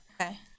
okay